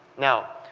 now,